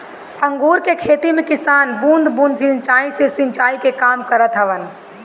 अंगूर के खेती में किसान बूंद बूंद सिंचाई से सिंचाई के काम करत हवन